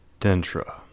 Dentra